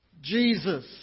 Jesus